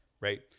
right